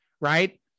right